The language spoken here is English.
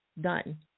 done